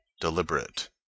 deliberate